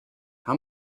how